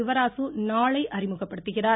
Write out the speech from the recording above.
சிவராசு நாளை அறிமுகப்படுத்துகிறார்